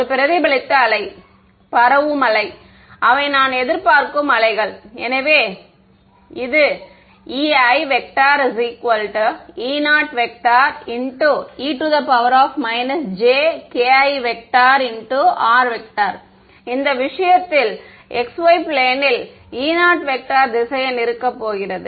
ஒரு பிரதிபலித்த வேவ் பரவும் வேவ் அவை நான் எதிர்பார்க்கும் வேவ்கள் எனவே இது குறிப்பு நேரம் 0518 எனவே EiE0e j kir இந்த விஷயத்தில் x y பிளேன்ல் E0 வெக்டர் இருக்கப் போகிறது